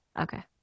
okay